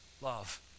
love